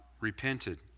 repented